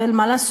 ואין מה לעשות,